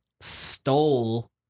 stole